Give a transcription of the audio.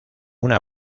una